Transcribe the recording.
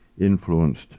influenced